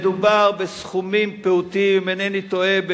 מדובר בסכומים פעוטים, אם אינני טועה,